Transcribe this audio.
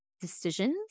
decisions